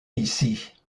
ici